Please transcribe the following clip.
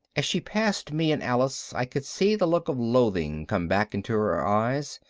as she passed me and alice i could see the look of loathing come back into her eyes,